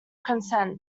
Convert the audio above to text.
consent